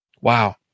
Wow